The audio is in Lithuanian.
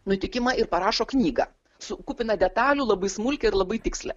nutikimą ir parašo knygą su kupiną detalių labai smulkią ir labai tikslią